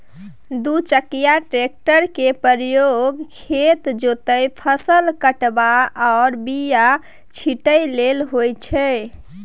दु चकिया टेक्टर केर प्रयोग खेत जोतब, फसल काटब आ बीया छिटय लेल होइ छै